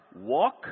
walk